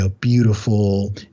beautiful